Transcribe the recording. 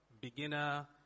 beginner